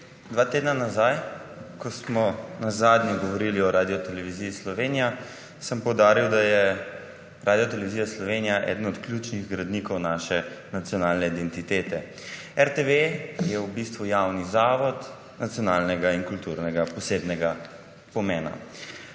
dva tedna nazaj, ko smo nazadnje govorili o radioteleviziji Slovenija, sem poudaril, da je radiotelevizija Slovenija eden od ključnih gradnikov naše nacionalne identitete. RTV je v bistvu javni zavod nacionalnega in kulturnega posebnega pomena.